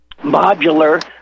modular